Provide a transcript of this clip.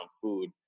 food